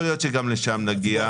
יכול להיות שגם לשם נגיע.